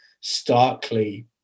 starkly